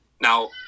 now